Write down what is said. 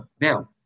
Now